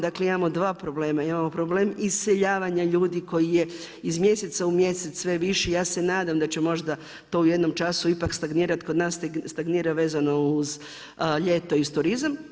Dakle imamo dva problema, imamo problem iseljavanja ljudi koji je iz mjeseca u mjesec sve viši, ja se nadam da će možda to u jednom času ipak stagnirat kod nas stagnira vezano uz ljeto i turizam.